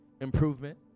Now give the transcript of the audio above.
improvement